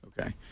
Okay